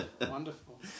Wonderful